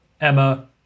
Emma